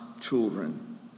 children